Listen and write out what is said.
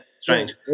strange